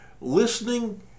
Listening